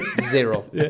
zero